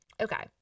Okay